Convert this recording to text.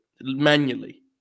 manually